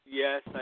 yes